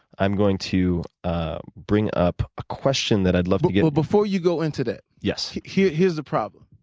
i'm going to ah bring up a question that i'd love to get answered. but before you go into that, yes. here's here's the problem.